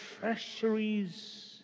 treasuries